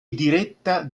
diretta